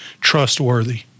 trustworthy